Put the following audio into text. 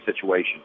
situation